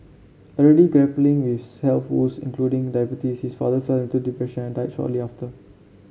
already grappling with health woes including diabetes his father fell into depression and died shortly after